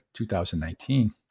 2019